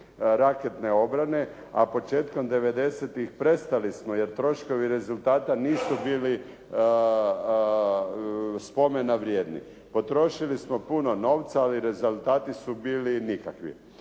raketne obrane a početkom devedesetih prestali smo jer troškovi rezultata nisu bili spomena vrijedni. Potrošili smo puno novca ali rezultati su bili nikakvi.